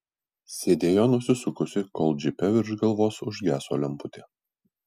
sėdėjo nusisukusi kol džipe virš galvos užgeso lemputė